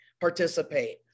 participate